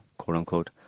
quote-unquote